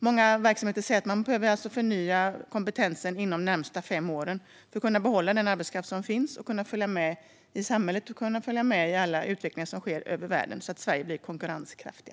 Många verksamheter säger att kompetensen behöver förnyas inom de närmaste fem åren för att de ska kunna behålla den arbetskraft som finns, kunna följa med i samhället och kunna följa med i utvecklingen som sker över världen. Det handlar om att Sverige ska vara konkurrenskraftigt.